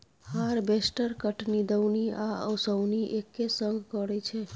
harvester कटनी, दौनी आ ओसौनी एक्के संग करय छै